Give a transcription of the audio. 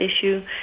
issue